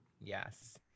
yes